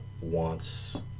wants